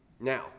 Now